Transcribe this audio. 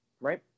right